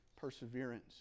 perseverance